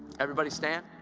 everybody, stand.